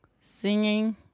singing